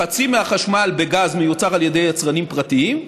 חצי מהחשמל בגז מיוצר על ידי יצרנים פרטיים,